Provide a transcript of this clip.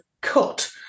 cut